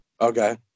Okay